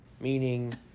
Meaning